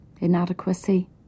Inadequacy